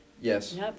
Yes